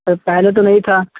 sir पेहले तो नहीं था